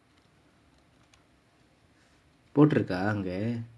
போட்டுருக்க அங்கே:potturukka angae